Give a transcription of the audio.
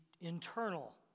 internal